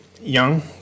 young